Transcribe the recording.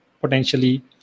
potentially